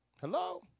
Hello